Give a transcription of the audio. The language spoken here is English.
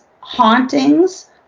hauntings